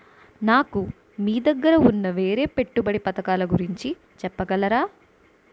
నాకు మీ దగ్గర ఉన్న వేరే పెట్టుబడి పథకాలుగురించి చెప్పగలరా?